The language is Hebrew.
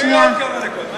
תישארי עוד כמה דקות,